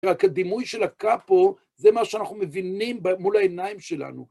הדימוי של הקפו זה מה שאנחנו מבינים מול העיניים שלנו.